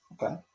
okay